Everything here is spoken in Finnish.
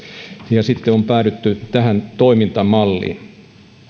ja sitten on päädytty tähän toimintamalliin